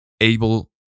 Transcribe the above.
able